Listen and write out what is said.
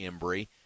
Embry